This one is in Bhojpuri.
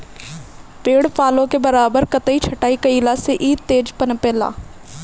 पेड़ पालो के बराबर कटाई छटाई कईला से इ तेज पनपे ला